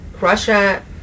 Russia